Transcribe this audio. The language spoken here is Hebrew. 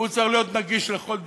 הוא צריך להיות נגיש לכל דכפין,